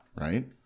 right